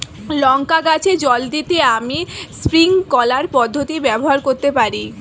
লঙ্কা গাছে জল দিতে আমি স্প্রিংকলার পদ্ধতি ব্যবহার করতে পারি?